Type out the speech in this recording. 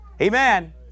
amen